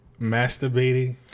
masturbating